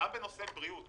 גם בנושא בריאות.